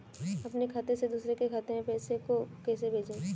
अपने खाते से दूसरे के खाते में पैसे को कैसे भेजे?